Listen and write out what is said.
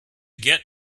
get